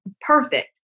perfect